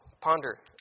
ponder